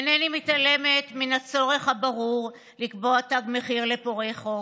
אינני מתעלמת מן הצורך הברור לקבוע תג מחיר לפורעי חוק,